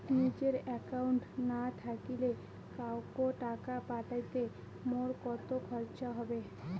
নিজের একাউন্ট না থাকিলে কাহকো টাকা পাঠাইতে মোর কতো খরচা হবে?